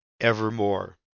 evermore